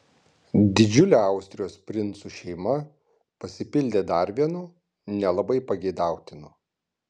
didžiulė austrijos princų šeima pasipildė dar vienu nelabai pageidautinu